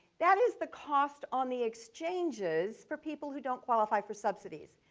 that is the cost on the exchanges for people who don't qualify for subsidies.